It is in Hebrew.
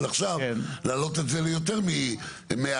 עכשיו להעלות את זה ליותר מ-100,000,